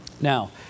Now